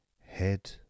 Head